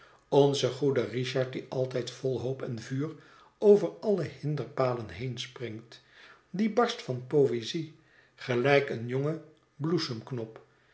onze goede richard die altijd vol hoop en vuur over alle hinderpalen heenspringt die barst van poëzie gelijk een jonge bloesemknop